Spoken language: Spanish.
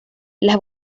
las